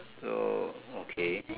err okay